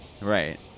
Right